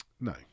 No